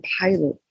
pilot